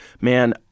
man